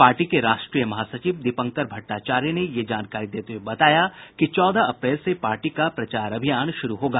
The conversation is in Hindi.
पार्टी के राष्ट्रीय महासचिव दीपंकर भट्टाचार्य ने यह जानकारी देते हुए बताया कि चौदह अप्रैल से पार्टी का प्रचार अभियान शुरू होगा